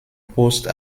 poste